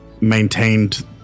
maintained